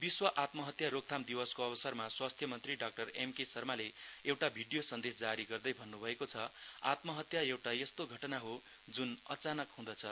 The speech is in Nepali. विश्व आत्महत्या रोकथाम दिवसको अवसरमा स्वास्थ्य मन्त्री डाक्टर एमके शर्माले एउटा भिडियो सन्देश जारी गर्दै भन्नुभएको छ आत्महत्या एउटा यस्तो घटना हो ज्न अचानक हुन्छ